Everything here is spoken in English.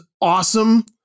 awesome